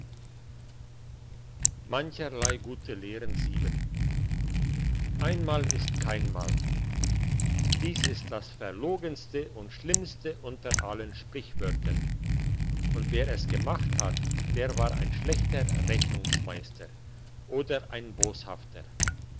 mancherlei gute lehren einmal ist keinmal dies ist das verlogenste und schlimmste unter allen sprichwörtern und wer es gemacht hat der war ein schlechter rechnungsmeister oder ein boshafter